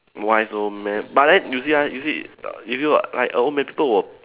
wise old man but then you see ah you see err if you uh like a old man people will